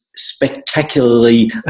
spectacularly